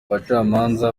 abacamanza